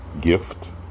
gift